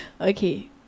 okay